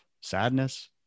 sadness